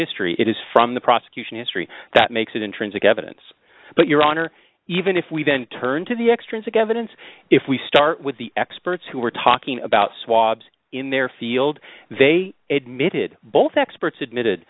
history it is from the prosecution history that makes it intrinsic evidence but your honor even if we then turn to the extrinsic evidence if we start with the experts who were talking about swabs in their field they admitted both experts admitted